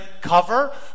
cover